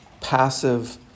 passive